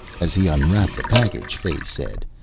as he unwrapped the package, fay said,